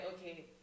okay